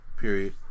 Period